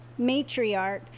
matriarch